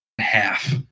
half